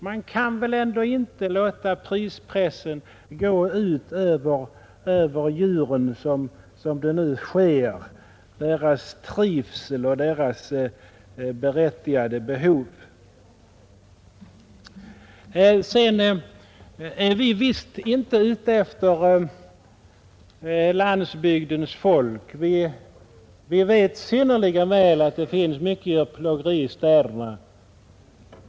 Man kan väl ändå inte låta prispressen gå gå ut över djuren, deras trivsel och deras berättigade behov? Vi är visst inte ute efter landsbygdens folk. Vi vet synnerligen väl att det förekommer mycket djurplågeri i städerna.